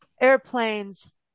airplanes